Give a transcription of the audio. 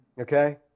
Okay